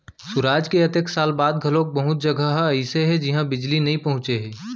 सुराज के अतेक साल बाद घलोक बहुत जघा ह अइसे हे जिहां बिजली नइ पहुंचे हे